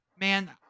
man